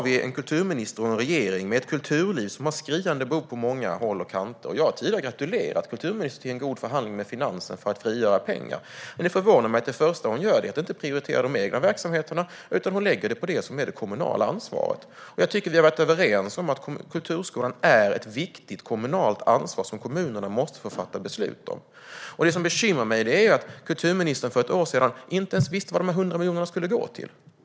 Vi har ett kulturliv som har skriande behov på många håll och kanter. Jag har tidigare gratulerat kulturministern till en god förhandling med Finansdepartementet för att frigöra pengar, men det förvånar mig att det första hon gör inte är att prioritera de egna verksamheterna utan det som är det kommunala ansvaret. Jag tycker att vi har varit överens om att kulturskolan är ett viktigt kommunalt ansvar som kommunerna måste få fatta beslut om. Det som bekymrar mig är kulturministern för ett år sedan inte ens visste vad de här 100 miljonerna skulle gå till.